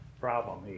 problem